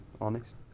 honest